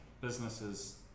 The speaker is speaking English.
businesses